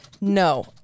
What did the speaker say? no